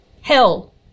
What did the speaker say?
Hell